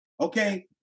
okay